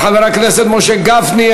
חבר הכנסת משה גפני,